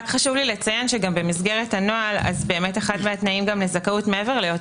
חשוב לי לציין שבמסגרת הנוהל אחד התנאים לזכאות מעבר לצורך